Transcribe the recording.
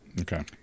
Okay